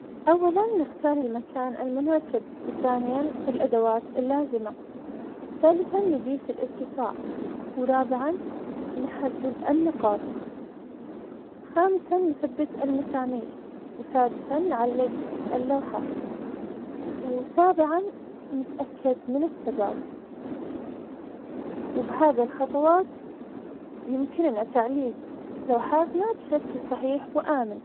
أولاً نختار المكان المناسب, وثانياً الأدوات اللازمة, ثالثاً نقيس الإرتفاع, ورابعاً نحدد النقاط, خامساً نثبت المسامير, وسادساً نعلق اللوحة, وسابعاً نتأكد من الثبات, وبهذه الخطوات يمكننا تعليق لوحاتنا بشكل صحيح وآمن.